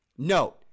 Note